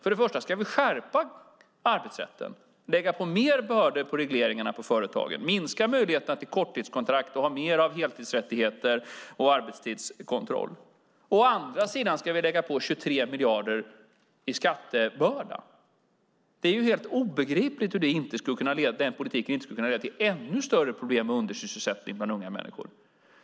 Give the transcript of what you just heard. Å ena sidan ska vi skärpa arbetsrätten - lägga på mer bördor på regleringarna för företagen, minska möjligheterna till korttidskontrakt och ha mer av heltidsrättigheter och arbetstidskontroll. Å andra sidan ska vi lägga på 23 miljarder i skattebörda. Det är helt obegripligt hur denna politik inte skulle kunna leda till ännu större problem med undersysselsättning bland unga människor.